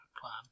plan